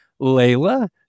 Layla